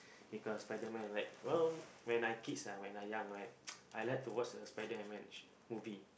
because spiderman right um when I kids ah when I young right I like to watch the spiderman sh~ movie